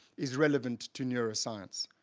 is relevant to neuroscience.